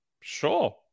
sure